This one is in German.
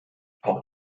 auch